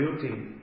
beauty